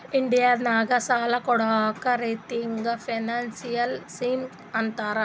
India ನಾಗ್ ಸಾಲ ಕೊಡ್ಡದ್ ರಿತ್ತಿಗ್ ಫೈನಾನ್ಸಿಯಲ್ ಸ್ಕೀಮ್ ಅಂತಾರ್